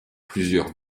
plusieurs